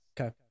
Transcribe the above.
Okay